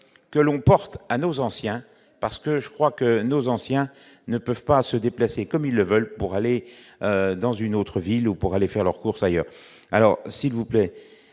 que l'on porte à nos anciens parce que je crois que nos anciens ne peuvent pas se déplacer comme ils le veulent, pour aller dans une autre ville, ou pour aller faire leurs courses ailleurs, alors s'il vous plaît,